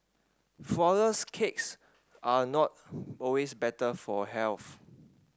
flourless cakes are not always better for health